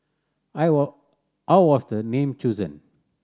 I were how was the name chosen